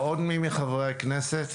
עוד מי מחברי הכנסת?